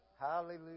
hallelujah